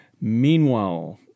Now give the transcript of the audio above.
Meanwhile